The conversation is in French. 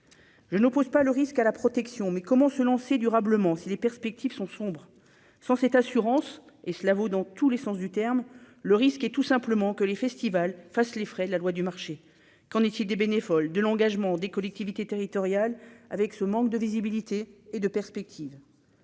je ne pose pas le risque à la protection, mais comment se lancer durablement, si les perspectives sont sombres sans cette assurance, et cela vaut dans tous les sens du terme, le risque est tout simplement que les festivals fasse les frais de la loi du marché qu'on essayé des bénévoles de l'engagement des collectivités territoriales, avec ce manque de visibilité et de perspectives